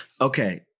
Okay